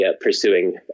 pursuing